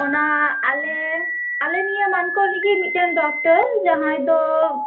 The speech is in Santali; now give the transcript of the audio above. ᱚᱱᱟ ᱟᱞᱮ ᱟᱞᱮ ᱱᱤᱭᱟᱹ ᱢᱟᱱᱠᱚᱨ ᱨᱤᱜᱮ ᱢᱤᱫᱴᱟᱝ ᱰᱚᱠᱴᱚᱨ ᱡᱟᱦᱟᱸᱭ ᱫᱚ